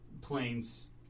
planes